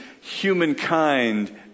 humankind